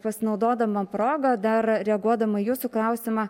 pasinaudodama proga dar reaguodama į jūsų klausimą